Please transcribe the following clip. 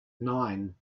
nine